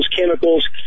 chemicals